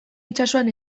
itsasoan